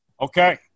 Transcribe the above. Okay